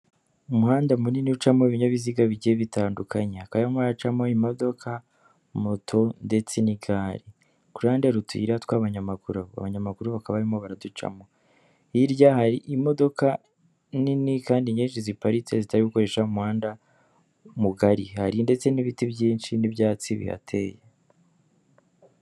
Umuhanda munini ucamo ibinyabiziga bigiye bitandukanyekanye. Hakaba harimo haracamo imodoka, moto ndetse n'igare. Ku ruhande hari utuyira tw'abanyamaguru. Abanyamaguru bakaba barimo baraducamo. Hirya hari imodoka nini kandi nyinshi ziparitse zitarikoresha umuhanda mugari, hari ndetse n'ibiti byinshi n'ibyatsi bihateye.